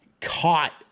caught